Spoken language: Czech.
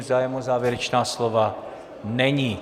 Zájem o závěrečná slova není.